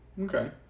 Okay